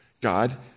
God